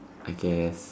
I guess